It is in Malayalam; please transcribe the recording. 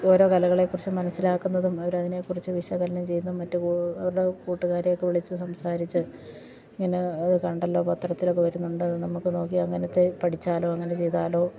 ഓരോ കലകളെ കുറിച്ചു മനസ്സിലാക്കുന്നതും അവർ അതിനെ കുറിച്ചു വിശകലനം ചെയ്യുന്നതും മറ്റും അവരുടെ കൂട്ടുകാരെയൊക്കെ വിളിച്ചു സംസാരിച്ചു ഇങ്ങനെ അത് കണ്ടല്ലോ പത്രത്തിലൊക്കെ വരുന്നുണ്ട് അത് നമുക്ക് നോക്കി അങ്ങനത്തെ പഠിച്ചാലോ അങ്ങനെ ചെയ്താലോ